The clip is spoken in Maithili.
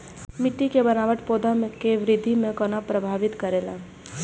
मिट्टी के बनावट पौधा के वृद्धि के कोना प्रभावित करेला?